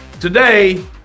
Today